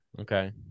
okay